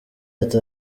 ati